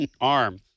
arm